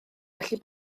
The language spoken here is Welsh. gallu